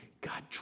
God